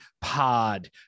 Pod